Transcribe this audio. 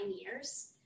years